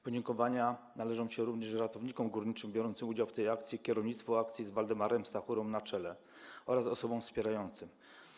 Podziękowania należą się również ratownikom górniczym biorącym udział w tej akcji, kierownictwu akcji z Waldemarem Stachurą na czele, oraz osobom wspierającym.